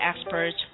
experts